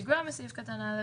מבלי לגרוע מסעיף קטן (א),